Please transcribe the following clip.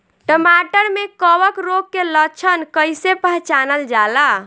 टमाटर मे कवक रोग के लक्षण कइसे पहचानल जाला?